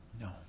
no